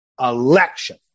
election